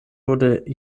wurde